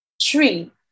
tree